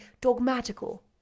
dogmatical